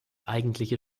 eigentliche